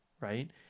right